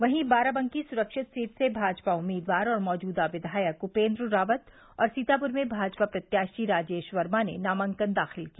वहीं बाराबंकी सुरक्षित सीट से भाजपा उम्मीदवार और मौजूदा विधायक उपेन्द्र रावत और सीतापुर में भाजपा प्रत्याशी राजेश वर्मा ने नामांकन दाखिल किया